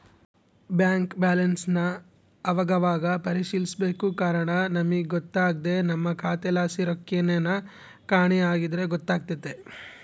bank ಬ್ಯಾಲನ್ಸನ್ ಅವಾಗವಾಗ ಪರಿಶೀಲಿಸ್ಬೇಕು ಕಾರಣ ನಮಿಗ್ ಗೊತ್ತಾಗ್ದೆ ನಮ್ಮ ಖಾತೆಲಾಸಿ ರೊಕ್ಕೆನನ ಕಾಣೆ ಆಗಿದ್ರ ಗೊತ್ತಾತೆತೆ